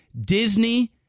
Disney